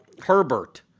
Herbert